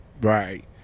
Right